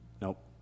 Nope